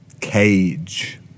Cage